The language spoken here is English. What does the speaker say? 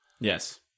Yes